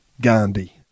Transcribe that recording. Gandhi